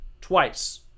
twice